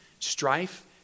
strife